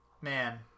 man